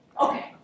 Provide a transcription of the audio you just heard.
Okay